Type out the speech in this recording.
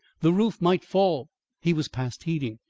the roof might fall he was past heeding.